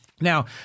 Now